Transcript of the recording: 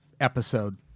episode